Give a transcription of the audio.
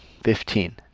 Fifteen